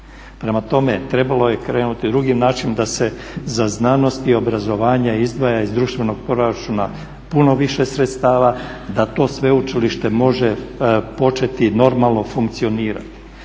Prema tome trebalo je krenuti drugim načinom da se za znanost i obrazovanje izdvaja iz društvenog proračuna puno više sredstava, da to sveučilište može početi normalno funkcionirati.